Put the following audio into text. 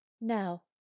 Now